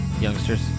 youngsters